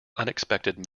unexpected